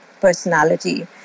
personality